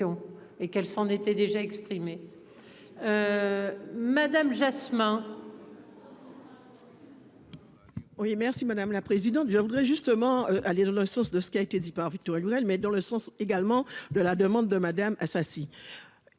et qu'elle s'en était déjà exprimé. Madame Jasmin. Oui merci madame la présidente, je voudrais justement aller dans le sens de ce qui a été dit par Victor et Lionel mais dans le sens également de la demande de Madame Assassi.